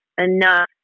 enough